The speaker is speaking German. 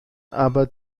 aber